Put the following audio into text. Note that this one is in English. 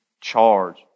charge